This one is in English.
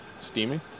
steaming